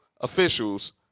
officials